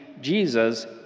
Jesus